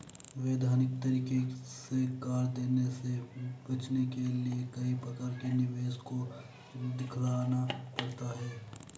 वैधानिक तरीके से कर देने से बचने के लिए कई प्रकार के निवेश को दिखलाना पड़ता है